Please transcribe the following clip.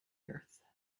earth